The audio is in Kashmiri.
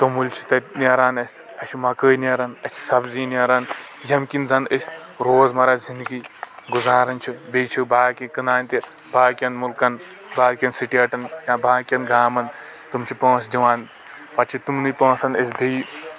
توٚمُل چھُ تَتہِ نیران اَسہِ اَسہِ چھ مکأے نیران اَسہِ چھ سبزی نیران ییٚمہِ کِنۍ زن أسۍ روزمرہ زِنٛدگی گُزاران چھ بیٚیہِ چھ باقے کٕنان تہِ باقین مُلکن باقین سِٹیٹن یا باقین گامن تِم چھ پوٗنٛسہٕ دِوان پتہٕ چھ تِمنے پونٛسن أسۍ بیٚیہِ